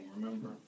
remember